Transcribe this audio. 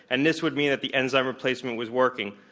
and this would mean that the enzyme replacement was working.